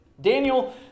Daniel